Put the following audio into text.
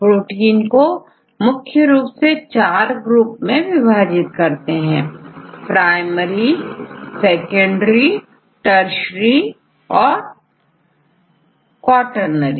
protein को मुख्य रूप से चार ग्रुप में विभाजित किया गया है प्राइमरी सेकेंडरी तृतीयक और चतुर्थक